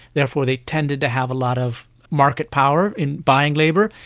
therefore they tended to have a lot of market power in buying labour.